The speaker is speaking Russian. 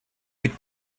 быть